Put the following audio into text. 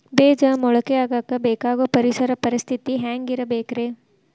ಬೇಜ ಮೊಳಕೆಯಾಗಕ ಬೇಕಾಗೋ ಪರಿಸರ ಪರಿಸ್ಥಿತಿ ಹ್ಯಾಂಗಿರಬೇಕರೇ?